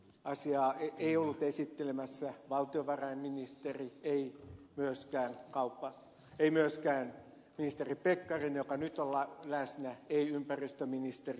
asiaa ei ollut esittelemässä valtiovarainministeri ei myöskään ministeri pekkarinen joka nyt on läsnä ei ympäristöministeri